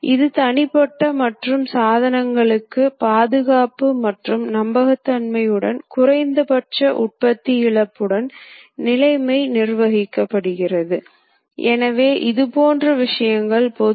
ஏனெனில் பெரும்பாலான பகுதி நிரல் வழிமுறைகளில் மற்றும் குறிப்பாக மெயின் கட்டிங் வழிமுறைகளில் இவை இருக்கின்றன